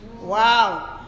Wow